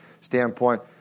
standpoint